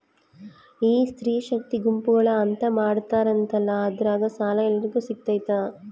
ಈ ಸ್ತ್ರೇ ಶಕ್ತಿ ಗುಂಪುಗಳು ಅಂತ ಮಾಡಿರ್ತಾರಂತಲ ಅದ್ರಾಗ ಸಾಲ ಎಲ್ಲರಿಗೂ ಸಿಗತೈತಾ?